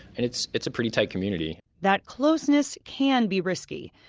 and it's it's a pretty tight community that closeness can be risky.